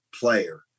player